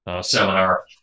seminar